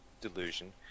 delusion